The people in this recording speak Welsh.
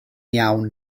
iawn